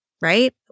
right